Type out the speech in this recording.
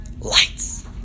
lights